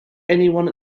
anyone